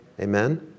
Amen